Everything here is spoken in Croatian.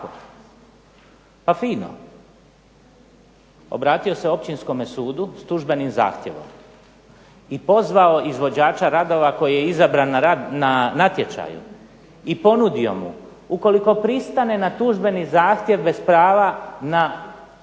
Pa fino, obratio se Općinskom sudu s tužbenim zahtjevom i pozvao izvođača radova koji je izabran na natječaju i ponudio mu ukoliko pristane na tužbeni zahtjev bez prava na žalbu